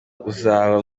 uzaba